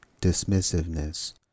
dismissiveness